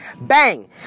Bang